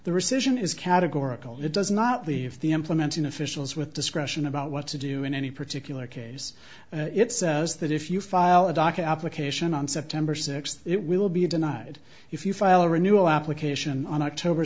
the rescission is categorical it does not leave the implementing officials with discretion about what to do in any particular case it says that if you file a doc application on september sixth it will be denied if you file a renewal application on october